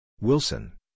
Wilson